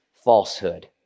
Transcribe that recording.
falsehood